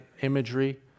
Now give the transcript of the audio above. imagery